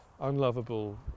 unlovable